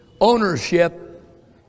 ownership